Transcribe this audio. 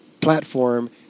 platform